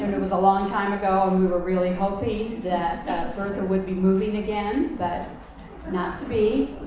and it was a long time ago and we were really hoping that bertha would be moving again but not to be.